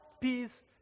peace